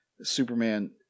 Superman